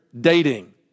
dating